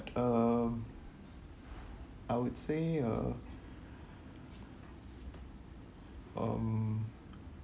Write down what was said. um I would say uh um